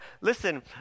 listen